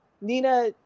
Nina